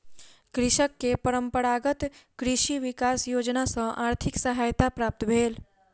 कृषक के परंपरागत कृषि विकास योजना सॅ आर्थिक सहायता प्राप्त भेल